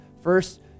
First